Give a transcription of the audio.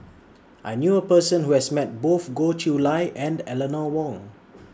I knew A Person Who has Met Both Goh Chiew Lye and Eleanor Wong